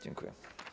Dziękuję.